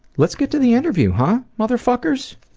let's get to the interview, huh? motherfuckers.